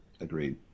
agreed